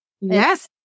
yes